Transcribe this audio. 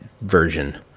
version